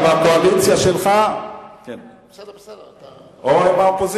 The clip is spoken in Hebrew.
עם הקואליציה שלך או עם האופוזיציה,